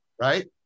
right